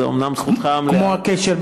זו אומנם זכותך המלאה.